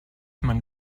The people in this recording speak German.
man